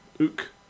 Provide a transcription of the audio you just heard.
Ook